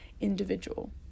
individual